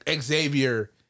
Xavier